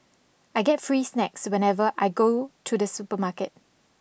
I get free snacks whenever I go to the supermarket